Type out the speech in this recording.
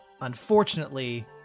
Unfortunately